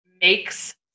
makes